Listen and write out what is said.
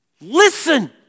listen